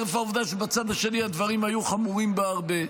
חרף העובדה שבצד השני הדברים היו חמורים בהרבה.